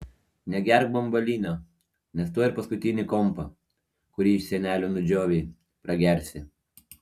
negerk bambalinio nes tuoj ir paskutinį kompą kurį iš senelių nudžiovei pragersi